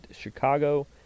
Chicago